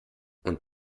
und